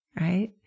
right